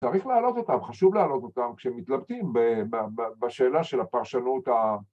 צריך להעלות אותם, חשוב להעלות אותם כשמתלמדים בשאלה של הפרשנות ה